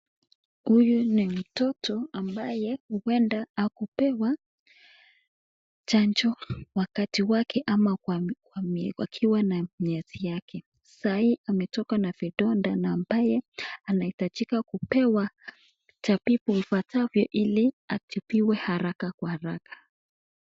Huyu ni mtoto ambaye huenda hakupewa chanjo wakati wake ama akiwa na miezi yake, saa hii ametokwa na vidonda na ambaye anahitajika kupewa tabibu ipasavyo ili atibiwe haraka kwa haraka.